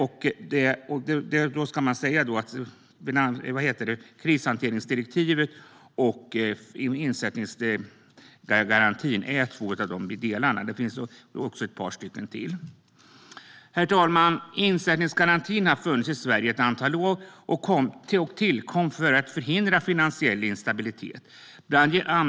Två av dem är krishanteringsdirektivet och insättningsgarantin. Det finns några till. Herr talman! Insättningsgarantin har funnits i Sverige i ett antal år och tillkom för att förhindra finansiell instabilitet.